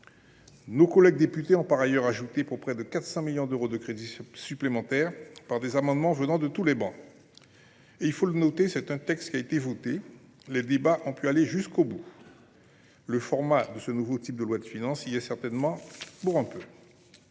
Nos collègues députés ont par ailleurs ajouté près de 400 millions d’euros de crédits supplémentaires, au travers d’amendements issus de tous les bancs. Du reste, il faut le noter, il s’agit d’un texte qui a été voté : les débats ont pu aller jusqu’au bout. Le format de ce nouveau type de loi de finances y est certainement pour quelque